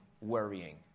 worrying